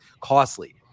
costly